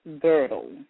girdle